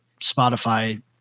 Spotify